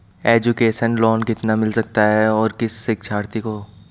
Education loan कितना मिल सकता है और किस शिक्षार्थी को?